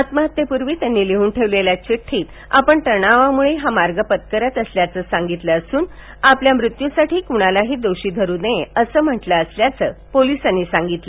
आत्महत्येपूर्वी त्यांनी लिह्न ठेवलेल्या चिठ्ठीत आपण तणावाम्ळे हा मार्ग पत्करत असल्याचं सांगितलं असून आपल्या मृत्यूसाठी क्णालाही दोषी धरू नये असं म्हंटल असल्याचं पोलिसांनी सांगितलं